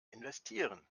investieren